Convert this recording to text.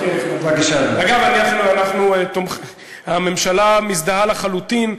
אגב, הממשלה מזדהה לחלוטין.